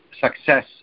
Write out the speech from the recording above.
success